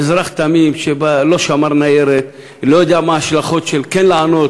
אזרח תמים שלא שמר ניירת ולא יודע מה ההשלכות של כן לענות,